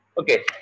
Okay